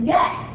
Yes